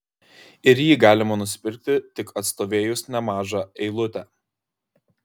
ir jį galima nusipirkti tik atstovėjus nemažą eilutę